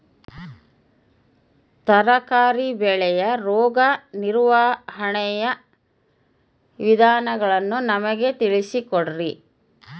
ತರಕಾರಿ ಬೆಳೆಯ ರೋಗ ನಿರ್ವಹಣೆಯ ವಿಧಾನಗಳನ್ನು ನಮಗೆ ತಿಳಿಸಿ ಕೊಡ್ರಿ?